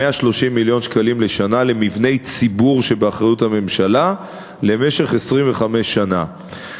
130 מיליון שקלים לשנה למבני ציבור שבאחריות הממשלה למשך 25 שנה.